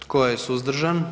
Tko je suzdržan?